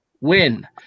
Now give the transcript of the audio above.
win